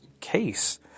case